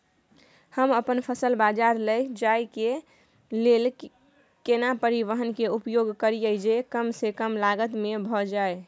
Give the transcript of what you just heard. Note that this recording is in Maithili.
हम अपन फसल बाजार लैय जाय के लेल केना परिवहन के उपयोग करिये जे कम स कम लागत में भ जाय?